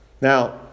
Now